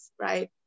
right